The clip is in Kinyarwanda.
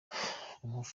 amafunguro